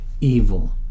evil